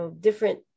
different